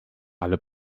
alle